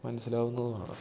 മനസ്സിലാവുന്നതുമാണ്